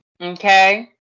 Okay